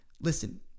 listen